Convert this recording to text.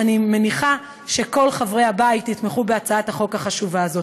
אני מניחה שכל חברי הבית יתמכו בהצעת החוק החשובה הזאת.